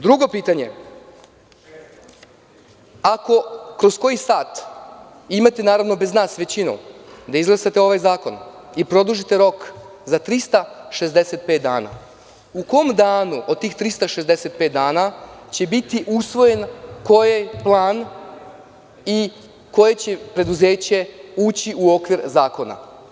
Drugo pitanje, ako kroz koji sat imate bez nas većinu da izglasate ovaj zakon i produžite rok za 365 dana – u kom danu od tih 365 dana će biti usvojen koji plan i koje će preduzeće ući u okvir zakona?